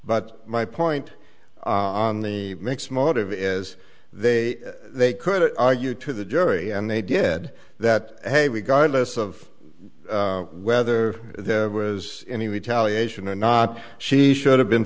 but my point on the mix motive is they they could argue to the jury and they did that hey we got less of whether there was any retaliation or not she should have been